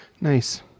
Nice